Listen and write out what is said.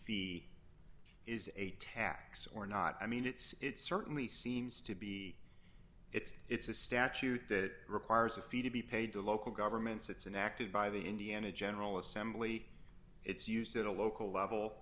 fee is a tax or not i mean it's certainly seems to be it's it's a statute that requires a fee to be paid to local governments it's an active by the indiana general assembly it's used at a local level